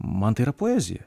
man tai yra poezija